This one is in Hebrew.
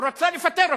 הוא רצה לפטר אותו.